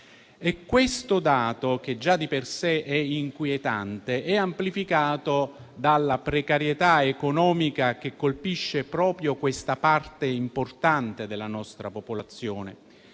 Questo dato, che già di per sé è inquietante, è amplificato dalla precarietà economica che colpisce proprio questa parte importante della nostra popolazione.